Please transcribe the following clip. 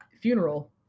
funeral